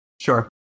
Sure